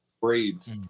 Braids